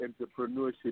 entrepreneurship